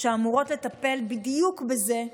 שאמורות לטפל בדיוק בזה,